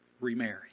remarry